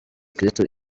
kirisito